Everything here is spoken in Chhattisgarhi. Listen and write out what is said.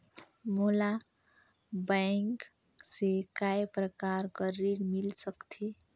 मोला बैंक से काय प्रकार कर ऋण मिल सकथे?